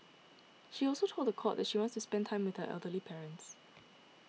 she also told the court that she wants to spend time with her elderly parents